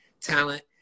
talent